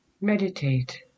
meditate